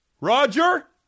Roger